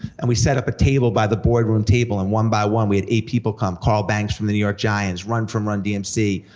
and we set up a table by the board room table, and one by one, we had eight people come, carl banks from the new york giants, run from run-dmc,